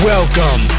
Welcome